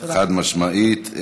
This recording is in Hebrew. חד-משמעית.